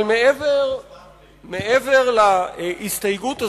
אבל מעבר להסתייגות הזאת,